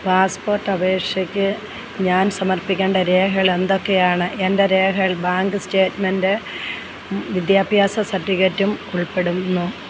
passport അപേക്ഷയ്ക്ക് ഞാൻ സമർപ്പിക്കേണ്ട രേഖകൾ എന്തൊക്കെയാണ് എൻ്റെ രേഖകൾ ബാങ്ക് സ്റ്റേറ്റ്മെൻറ്റ് വിദ്യാഭ്യാസ സർട്ടിഫിക്കറ്റും ഉൾപ്പെടുന്നു